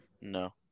No